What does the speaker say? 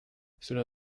cela